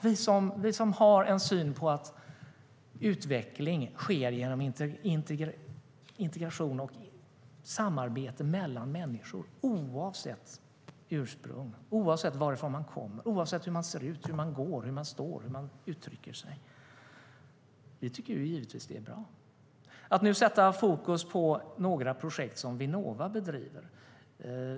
Vi har synen att utveckling och integration sker i samarbete mellan människor oavsett ursprung, oavsett varifrån man kommer och oavsett hur man ser ut, hur man går, hur man står och hur man uttrycker sig. Vi tycker givetvis att det är bra. Nu sätts fokus på några projekt som Vinnova bedriver.